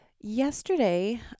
Yesterday